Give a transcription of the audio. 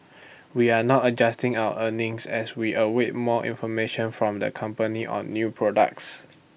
we are not adjusting our earnings as we await more information from the company on new products